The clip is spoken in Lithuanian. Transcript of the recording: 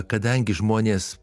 kadangi žmonės